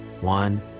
One